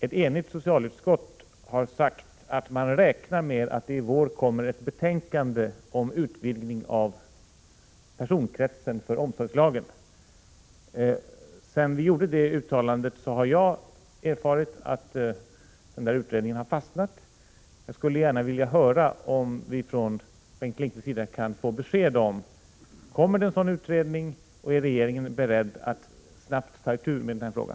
Ett enigt socialutskott har sagt att man räknar med att det i vår kommer ett betänkande om utvidgning av personkretsen för omsorgsla gen. Sedan det uttalandet gjordes har jag erfarit att denna utredning har fastnat. Jag skulle gärna vilja höra om Bengt Lindqvist kan ge besked om huruvida det kommer en sådan utredning och om regeringen är beredd att snabbt ta itu med denna fråga.